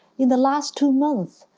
in the last two months,